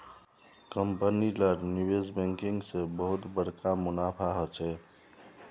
company लार निवेश banking से बहुत बड़का मुनाफा होचे